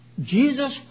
Jesus